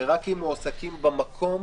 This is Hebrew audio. "ורק אם מועסקים במקום".